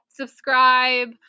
subscribe